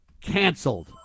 canceled